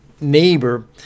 neighbor